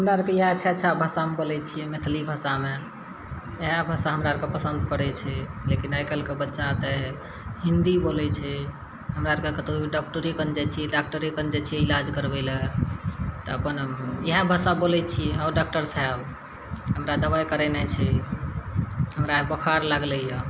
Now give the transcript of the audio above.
हमरा आरके इएह अच्छा अच्छा भाषामे बोलय छियै मैथिली भाषामे इएहे भाषा हमरा आरके पसन्द पड़य छै लेकिन आइ काल्हिके बच्चा तऽ हिन्दी बोलय छै हमरा आरके कतहु डॉक्टरे कन जाइ छियै डॉक्टरे लग जाइ छियै इलाज करबय लए तऽ अपन इएहे भाषा बोलय छियै हउ डॉक्टर साहेब हमरा दबाइ करनाय छै हमरा बोखार लागलैय